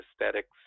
aesthetics